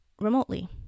remotely